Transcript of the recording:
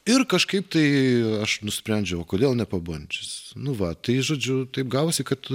ir kažkaip tai aš nusprendžiau kodėl nepabandžius nu va tai žodžiu taip gavosi kad